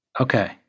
Okay